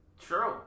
True